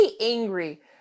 angry